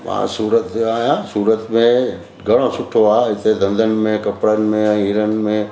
मां सूरत जो आहियां सूरत में घणो सुठो आहे हिते धंधनि में कपिड़नि में हीरनि में